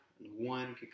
One